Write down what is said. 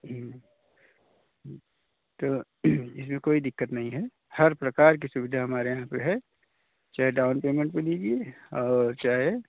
तो इसमें कोई दिक्कत नहीं है हर प्रकार की सुविधा हमारे यहाँ पर है चाहे डाउन पेमेंट पर लीजिए और चाहे